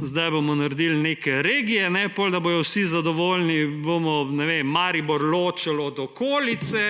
sedaj bomo naredili neke regije, potem da bodo vsi zadovoljni, bomo, ne vem, Maribor ločili od okolice,